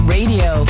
Radio